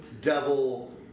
devil